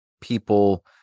people